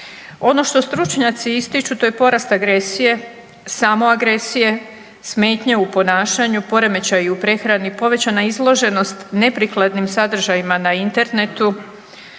Ono što stručnjaci ističu to je porast agresije, samoagresije, smetnje u ponašanju, poremećaji u prehrani, povećana izloženost neprikladnim sadržajima na internetu,